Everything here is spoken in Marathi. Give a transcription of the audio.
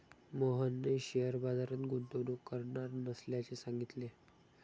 मोहनने शेअर बाजारात गुंतवणूक करणार नसल्याचे सांगितले